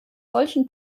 solchen